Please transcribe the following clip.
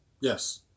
Yes